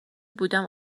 بودم